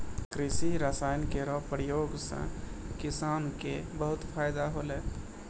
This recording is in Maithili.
कृषि रसायन केरो प्रयोग सँ किसानो क बहुत फैदा होलै